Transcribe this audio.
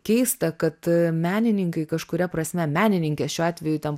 keista kad menininkai kažkuria prasme menininkės šiuo atveju ten